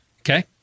Okay